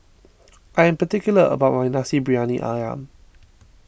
I am particular about my Nasi Briyani Ayam